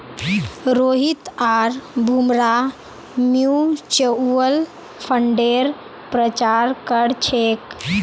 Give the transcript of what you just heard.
रोहित आर भूमरा म्यूच्यूअल फंडेर प्रचार कर छेक